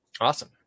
Awesome